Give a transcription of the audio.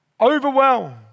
Overwhelmed